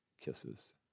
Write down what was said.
kisses